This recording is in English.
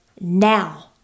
now